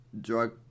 drug